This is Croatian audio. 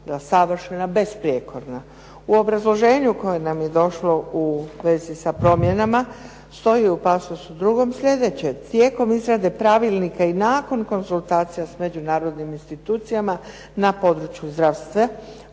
savršena, besprijekorna. U obrazloženju koje nam je došlo u vezi sa promjenama stoji u pasusu drugom slijedeće: "Tijekom izrade pravilnika i nakon konzultacija s međunarodnim institucijama na području zdravstva